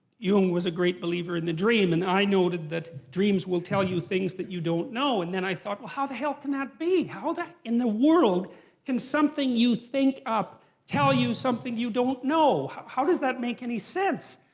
jung was a great believer in the dream, and i know that that dreams will tell you things that you don't know. and then i thought, well how the hell can that be? how in the world can something you think up tell you something you don't know? how does that make any sense?